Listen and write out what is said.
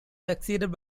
succeeded